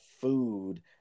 food